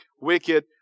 wicked